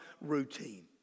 routine